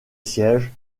siège